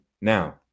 Now